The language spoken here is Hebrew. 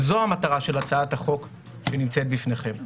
וזו המטרה של הצעת החוק שנמצאת בפניכם.